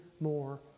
more